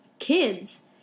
kids